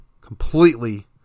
completely